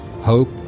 Hope